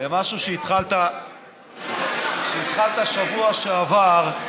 למשהו שהתחלת בשבוע שעבר.